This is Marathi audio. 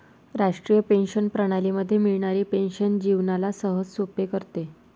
राष्ट्रीय पेंशन प्रणाली मध्ये मिळणारी पेन्शन जीवनाला सहजसोपे करते